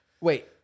Wait